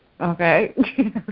okay